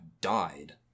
died